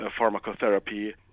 pharmacotherapy